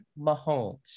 Mahomes